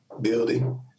building